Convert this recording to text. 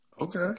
okay